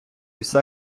все